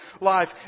life